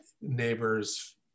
neighbors